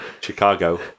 Chicago